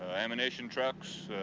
ammunition trucks,